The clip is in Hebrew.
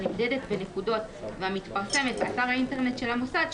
הנמדדת בנקודות והמתפרסמת באתר האינטרנט של המוסד,